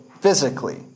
physically